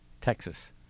Texas